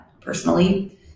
personally